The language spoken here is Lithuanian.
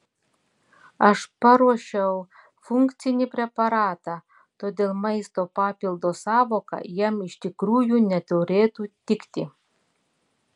aš paruošiau funkcinį preparatą todėl maisto papildo sąvoka jam iš tikrųjų neturėtų tikti